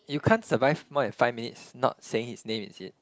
you can't survive more than five minutes not saying his name is it